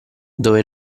dove